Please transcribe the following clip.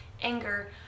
anger